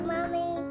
Mommy